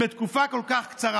בתקופה כל כך קצרה.